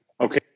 Okay